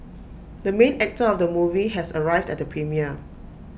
the main actor of the movie has arrived at the premiere